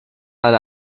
eine